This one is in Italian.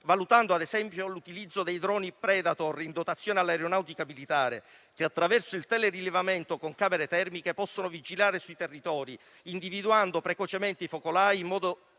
valutando, ad esempio, l'utilizzo dei droni Predator in dotazione all'aeronautica militare che, attraverso il telerilevamento con camere termiche, possono vigilare sui territori, individuando precocemente i focolai in modo